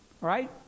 right